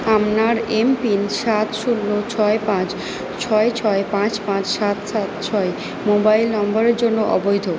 আপনার M PIN সাত শূন্য ছয় পাঁচ ছয় ছয় পাঁচ পাঁচ সাত সাত ছয় মোবাইল নম্বরের জন্য অবৈধ